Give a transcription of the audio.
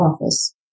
office